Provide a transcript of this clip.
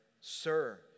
Sir